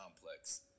complex